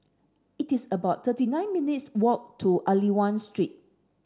it is about thirty nine minutes' walk to Aliwal Street